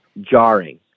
jarring